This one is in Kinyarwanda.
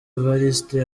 evariste